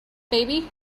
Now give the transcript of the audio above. baby